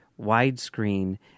widescreen